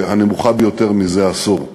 הנמוכה ביותר זה עשור.